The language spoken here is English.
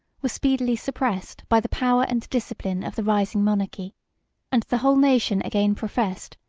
were speedily suppressed by the power and discipline of the rising monarchy and the whole nation again professed,